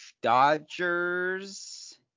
Dodgers